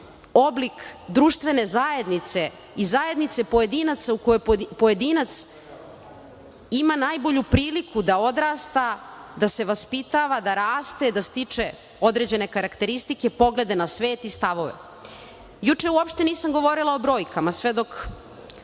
oblik društvene zajednice i zajednice pojedinaca u kojoj pojedinac ima najbolju priliku da odrasta, da se vaspitava, da raste, da stiče određene karakteristike, poglede na svet i stavove. Juče uopšte nisam govorila o brojkama sve dok